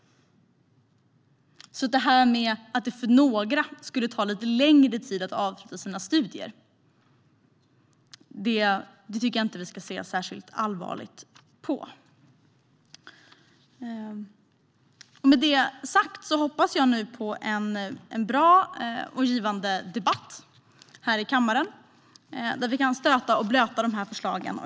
Så gör de flesta studenter, så jag tycker inte att vi ska se särskilt allvarligt på att det tar lite längre tid för några att avsluta sina studier. Jag hoppas på en bra och givande debatt så att vi kan stöta och blöta dessa förslag.